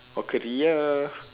a career